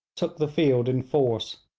took the field in force.